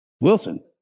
Wilson